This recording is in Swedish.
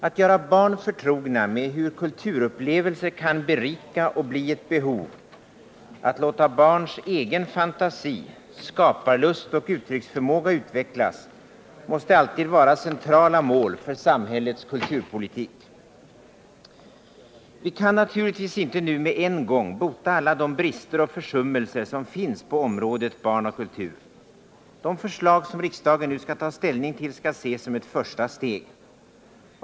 Att göra barn förtrogna med hur kulturupplevelser kan berika och bli ett behov, att låta barns egen fantasi, skaparlust och uttrycksförmåga utvecklas måste alltid vara centrala mål för samhällets kulturpolitik. Vi kan naturligtvis inte nu med en gång bota alla de brister och försummelser som finns på området barn och kultur. De förslag som riksdagen nu skall ta ställning till skall ses som ett första steg.